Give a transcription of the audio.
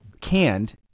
canned